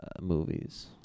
movies